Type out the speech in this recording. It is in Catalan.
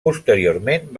posteriorment